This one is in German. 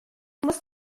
muss